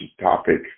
topic